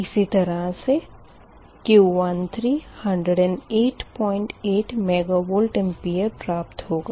इसी तरह से Q13 1088 मेगवार प्राप्त होगा